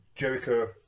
Jericho